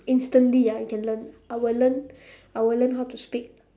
instantly ya you can learn I will learn I will learn how to speak